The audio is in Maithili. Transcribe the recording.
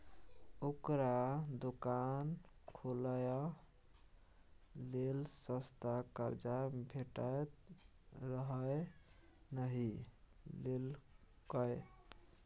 ओकरा दोकान खोलय लेल सस्ता कर्जा भेटैत रहय नहि लेलकै